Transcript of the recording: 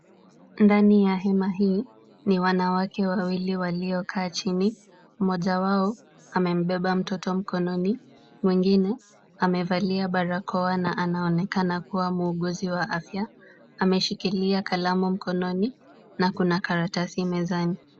Ndani ya hema hii ni wanawake wawili waliokaa chini mmoja wao amembeba mtoto mkononi, mwingine amevalia barakoa na anaonekana kuwa muuguzi wa afya ameshikilia kalamu mkononi na kuna karatasi mezani.